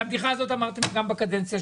את הבדיחה הזאת אמרתם גם בקדנציה שלי.